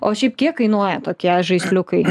o šiaip kiek kainuoja tokie žaisliukai